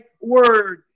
word